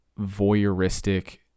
voyeuristic